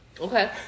Okay